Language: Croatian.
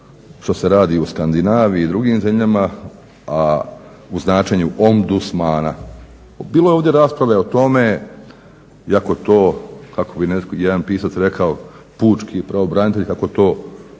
što se radi u Skandinaviji i drugim zemljama, a u značenje ombudsmana. Bilo je ovdje rasprave o tome iako to kako bi jedan pisac rekao pučki pravobranitelj kako to gordo